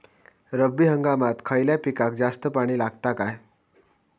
रब्बी हंगामात खयल्या पिकाक जास्त पाणी लागता काय?